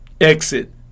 Exit